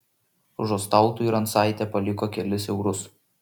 žostautui rancaitė paliko kelis eurus